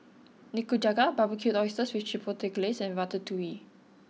Nikujaga Barbecued Oysters Chipotle Glaze and Ratatouille